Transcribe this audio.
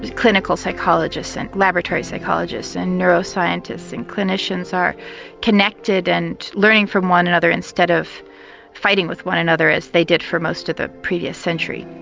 clinical psychologists and laboratory psychologists and neuroscientists and clinicians are connected and learning from one another instead of fighting with one another as they did for most of the previous century.